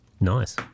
Nice